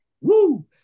woo